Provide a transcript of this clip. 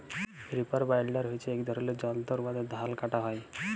reaper binder হছে ইক ধরলের যল্তর উয়াতে ধাল কাটা হ্যয়